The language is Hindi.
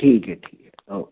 ठीक है ठीक है ओके